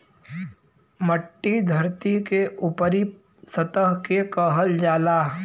मट्टी धरती के ऊपरी सतह के कहल जाला